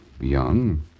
Young